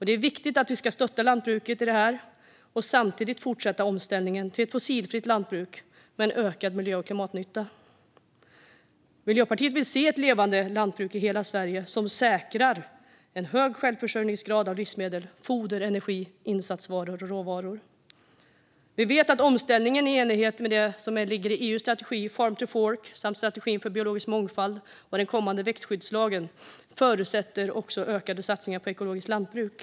Det är viktigt att vi stöttar lantbruket i detta och samtidigt fortsätter omställningen till ett fossilfritt lantbruk med ökad miljö och klimatnytta. Miljöpartiet vill se ett levande lantbruk i hela Sverige som säkrar en hög självförsörjningsgrad av livsmedel, foder, energi, insatsvaror och råvaror. Vi vet att omställningen i enlighet med EU:s strategi Farm to Fork samt strategin för biologisk mångfald och den kommande växtskyddslagen förutsätter ökade satsningar på ekologiskt lantbruk.